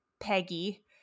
Peggy